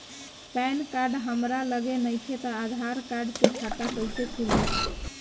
Pan card हमरा लगे नईखे त आधार कार्ड से खाता कैसे खुली?